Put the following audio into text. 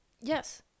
yes